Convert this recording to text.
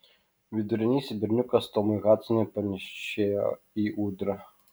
vidurinysis berniukas tomui hadsonui panėšėjo į ūdrą